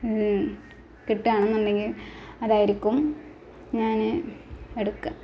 കിട്ടുവാണെന്നുണ്ടെങ്കിൽ അതായിരിക്കും ഞാൻ എടുക്കുക